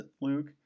Luke